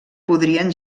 podrien